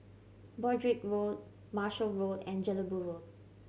Broadrick Road Marshall Road and Jelebu Road